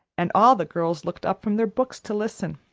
and all the girls looked up from their books to listen.